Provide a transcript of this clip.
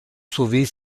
sauver